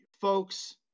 folks